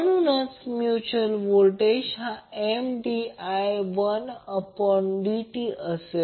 म्हणून mutual voltage हा Mdi1 dt असेल